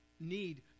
need